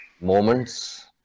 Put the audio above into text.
moments